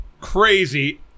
crazy